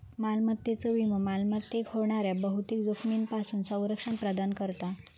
मालमत्तेचो विमो मालमत्तेक होणाऱ्या बहुतेक जोखमींपासून संरक्षण प्रदान करता